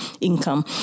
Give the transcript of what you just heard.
income